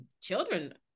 children